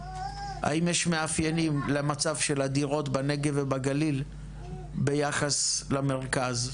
האם יש מאפיינים למצב של הדירות בנגב ובגליל ביחס למרכז,